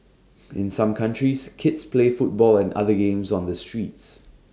in some countries kids play football and other games on the streets